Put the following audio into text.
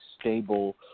stable